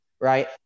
right